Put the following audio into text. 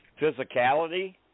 physicality